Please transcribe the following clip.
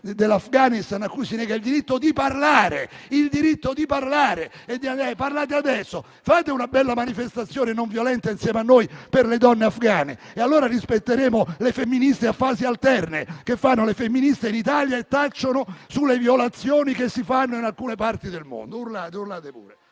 dell'Afghanistan, a cui si nega il diritto di parlare. Si dice: parlate adesso. Fate una bella manifestazione non violenta insieme a noi per le donne afgane e allora rispetteremo le femministe a fasi alterne, che fanno le femministe in Italia e tacciono sulle violazioni che si fanno in alcune parti del mondo. *(Commenti).* Urlate, urlate pure.